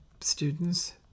students